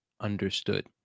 understood